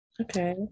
okay